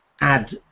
add